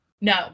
No